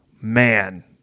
man